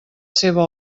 seva